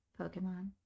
pokemon